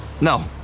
No